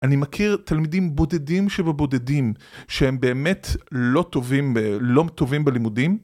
אני מכיר תלמידים בודדים שבבודדים שהם באמת לא טובים בלימודים